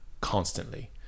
constantly